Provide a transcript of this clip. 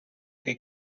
they